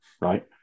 Right